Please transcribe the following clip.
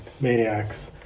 maniacs